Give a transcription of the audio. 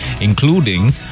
including